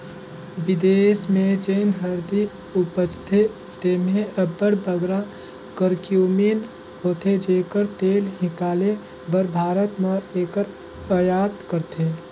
बिदेस में जेन हरदी उपजथे तेम्हें अब्बड़ बगरा करक्यूमिन होथे जेकर तेल हिंकाले बर भारत हर एकर अयात करथे